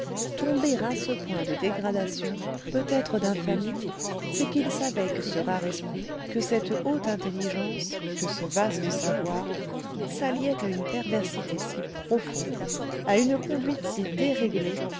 à ce point de dégradation peut-être d'infamie c'est qu'il savait que ce rare esprit que cette haute intelligence que ce vaste savoir s'alliaient à une perversité si profonde à une conduite si déréglée